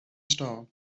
star